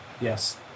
Yes